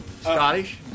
Scottish